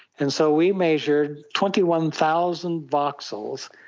and so we measured twenty one thousand voxels,